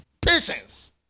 patience